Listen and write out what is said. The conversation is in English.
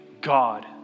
God